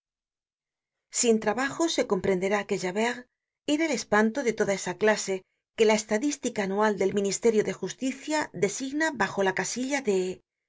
sin trabajo se comprenderá que javert era el espanto de toda esa clase que la estadística anual del ministerio de justicia designa bajo la casilla de